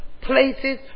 places